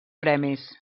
premis